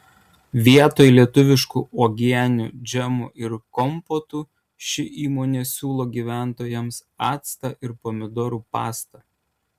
vietoj lietuviškų uogienių džemų ir kompotų ši įmonė siūlo gyventojams actą ir pomidorų pastą